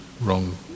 wrong